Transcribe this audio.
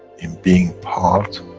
in being part,